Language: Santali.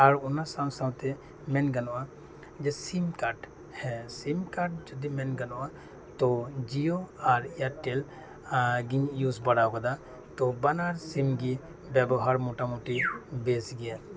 ᱟᱨ ᱚᱱᱟ ᱥᱟᱶ ᱥᱟᱶᱛᱮ ᱢᱮᱱ ᱜᱟᱱᱚᱜᱼᱟ ᱡᱮ ᱥᱤᱢ ᱠᱟᱨᱰ ᱦᱮᱸ ᱥᱤᱢ ᱠᱟᱨᱰ ᱜᱮ ᱢᱮᱱ ᱜᱟᱱᱚᱜᱼᱟ ᱛᱳ ᱡᱤᱭᱳ ᱟᱨ ᱮᱭᱟᱨᱴᱮᱞ ᱜᱤᱧ ᱤᱭᱩᱥ ᱵᱟᱲᱟ ᱟᱠᱟᱫᱟ ᱛᱳ ᱵᱟᱱᱟᱨ ᱥᱤᱢ ᱜᱮ ᱵᱮᱵᱚᱦᱟᱨ ᱢᱳᱴᱟᱢᱩᱴᱤ ᱵᱮᱥ ᱜᱮᱭᱟ